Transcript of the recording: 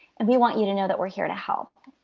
and we want you to know that we're here to help.